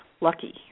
lucky